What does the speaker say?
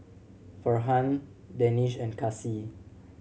Farhan Danish and Kasih